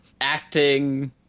acting